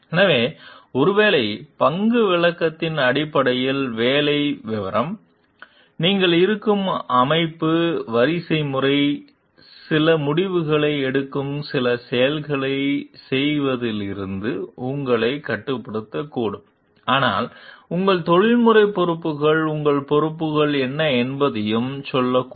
எனவே ஒருவேளை பங்கு விளக்கத்தின் அடிப்படையில் வேலை விவரம் நீங்கள் இருக்கும் அமைப்பு வரிசைமுறை சில முடிவுகளை எடுக்கும் சில செயல்களைச் செய்வதிலிருந்து உங்களை கட்டுப்படுத்தக்கூடும் ஆனால் உங்கள் தொழில்முறை பொறுப்புகள் உங்கள் பொறுப்புகள் என்ன என்பதையும் சொல்லக்கூடும்